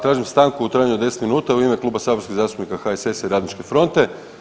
Tražim stanku u trajanju od 10 minuta u ime Kluba saborskih zastupnika HSS i Radničke fronte.